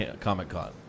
Comic-Con